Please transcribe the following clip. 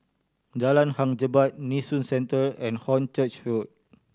Jalan Hang Jebat Nee Soon Central and Hornchurch Road